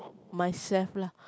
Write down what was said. myself lah